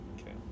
Okay